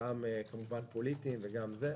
גם פוליטיים וגם אחרים.